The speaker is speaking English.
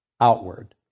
outward